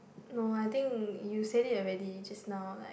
no I think you said it already just now like